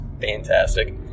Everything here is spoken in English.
fantastic